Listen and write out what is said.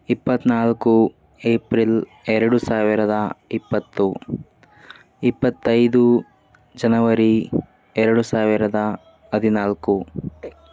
ಇಪ್ಪತ್ನಾಲ್ಕು ಏಪ್ರಿಲ್ ಎರಡು ಸಾವಿರದ ಇಪ್ಪತ್ತು ಇಪ್ಪತ್ತೈದು ಜನವರಿ ಎರಡು ಸಾವಿರದ ಹದಿನಾಲ್ಕು